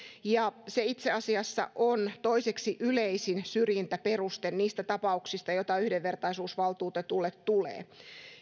ja se itse asiassa on toiseksi yleisin syrjintäperuste niistä tapauksista joita yhdenvertaisuusvaltuutetulle tulee